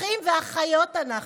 אחים ואחיות אנחנו,